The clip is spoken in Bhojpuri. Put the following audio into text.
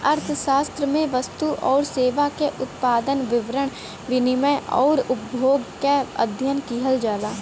अर्थशास्त्र में वस्तु आउर सेवा के उत्पादन, वितरण, विनिमय आउर उपभोग क अध्ययन किहल जाला